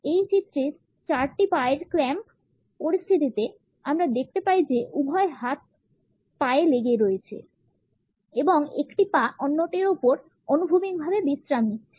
এই চিত্রে চারটি পায়ের ক্ল্যাম্প পরিস্থিতিতে আমরা দেখতে পাই যে উভয় হাতই পায়ে লেগে আছে এবং একটি পা অন্যটির উপর অনুভূমিকভাবে বিশ্রাম নিচ্ছে